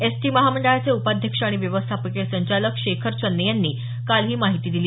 ST महामंडळाचे उपाध्यक्ष आणि व्यवस्थापकीय संचालक शेखर चन्ने यांनी काल ही माहिती दिली